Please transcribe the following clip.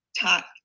talk